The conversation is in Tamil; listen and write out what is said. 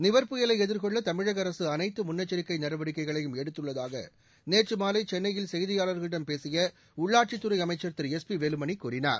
நிவர் புயலை எதிர்கொள்ள தமிழக அரசு அனைத்து முன்னெச்சிக்கை நடவடிக்கைகளையும் எடுத்துள்ளதாக நேற்று மாலை சென்னையில் செய்தியாளர்களிடம் பேசிய உள்ளாட்சித் துறை அமைச்சர் திரு எஸ் பி வேலுமணி கூறினார்